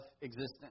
existence